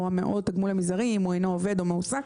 התגמול המזערי אם הוא לא עובד או מועסק.